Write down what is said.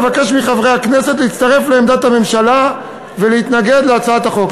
אבקש מחברי הכנסת להצטרף לעמדת הממשלה ולהתנגד להצעת החוק.